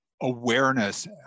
awareness